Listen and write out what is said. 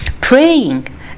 praying